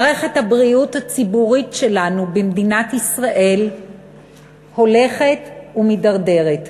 מערכת הבריאות הציבורית שלנו במדינת ישראל הולכת ומידרדרת.